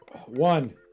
One